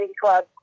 club